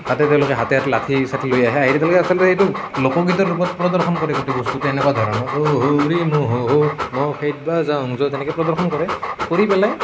তাতে তেওঁলোকে হাতে হাতে লাঠি চাঠি লৈ আহে আহি পেলাই তেওঁলোকে আচলতে এইটো লোকগীতৰ ৰূপত প্ৰদৰ্শন কৰে গোটেই বস্তুটো এইটো তেনেকুৱা ধৰণৰ অ' হোৰে মহোহো মহ খেদবা যাওঁ য'ত তেনেকে প্ৰদৰ্শন কৰে কৰি পেলাই